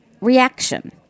reaction